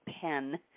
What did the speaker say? pen